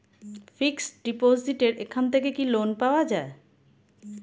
Fix ডিপোজিটের এখান থেকে কি লোন পাওয়া যায়?